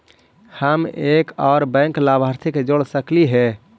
हम एक और बैंक लाभार्थी के जोड़ सकली हे?